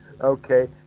Okay